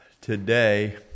today